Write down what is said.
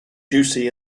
juicy